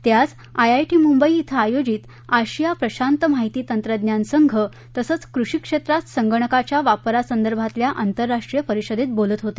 ते आज आयआयटी मुंबई बें आयोजित आशिया प्रशांत माहिती तंत्रज्ञान संघ तसंच कृषी क्षेत्रात संगणकाच्या वापरासंदर्भातल्या आंतरराष्ट्रीय परिषदेत बोलत होते